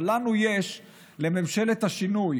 אבל לנו, לממשלת השינוי,